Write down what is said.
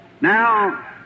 Now